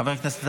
חבר הכנסת טאהא.